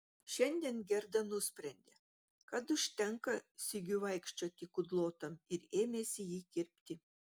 šiandien gerda nusprendė kad užtenka sigiui vaikščioti kudlotam ir ėmėsi jį kirpti